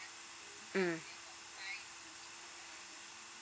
mm